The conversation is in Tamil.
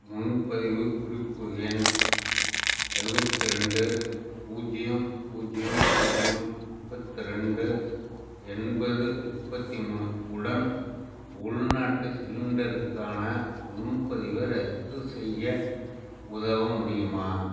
முன்பதிவு குறிப்பு எண் எழுவத்தி ரெண்டு பூஜ்ஜியம் பூஜ்ஜியம் பூஜ்ஜியம் முப்பத்தி ரெண்டு எண்பது முப்பத்தி மூணு உடன் உள்நாட்டு சிலிண்டருக்கான முன்பதிவை ரத்து செய்ய உதவ முடியுமா